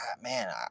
man